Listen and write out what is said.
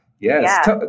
yes